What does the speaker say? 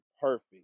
perfect